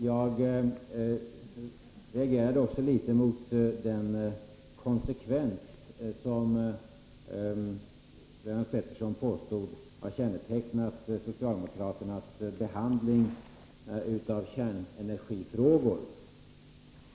Jag reagerade också litet mot den konsekvens som Lennart Pettersson påstod har kännetecknat socialdemokraternas behandling av kärnenergifrågor.